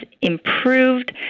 improved